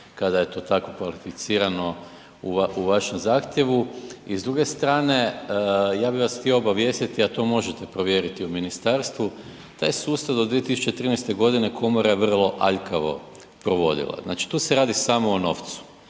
kada je to tako kvalificirano u vašem zahtjevu. I s druge strane, ja bih vas htio obavijestiti a to možete provjeriti u ministarstvu taj sustav do 2013. godine komora je vrlo aljkavo provodila. Znači tu se radi samo o novcu,